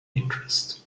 interest